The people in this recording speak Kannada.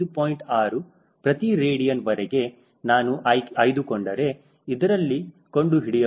6 ಪ್ರತಿ ರೇಡಿಯನವರೆಗೆ ನಾನು ಆಯ್ದುಕೊಂಡರೆ ಇದರಲ್ಲಿ ಕಂಡುಹಿಡಿಯಬಹುದು